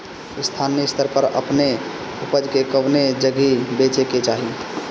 स्थानीय स्तर पर अपने ऊपज के कवने जगही बेचे के चाही?